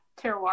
terroir